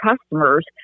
customers